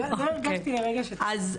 הנה,